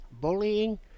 Bullying